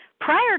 Prior